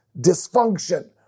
dysfunction